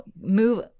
move